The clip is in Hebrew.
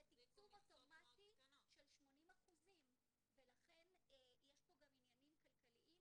זה תקצוב אוטומטי של 80% ולכן יש פה גם עניינים כלכליים,